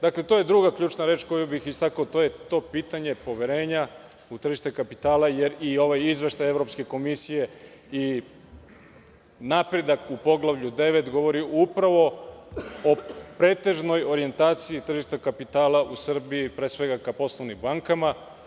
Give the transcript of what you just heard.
Dakle, to je druga ključna reč koji bih istakao, to je to pitanje poverenja u tržište kapitala jer i ovaj izveštaj Evropske komisije i napredak u poglavlju 9 govori upravo o pretežnoj orijentaciji tržišta kapitala u Srbiji, pre svega ka poslovnim bankama.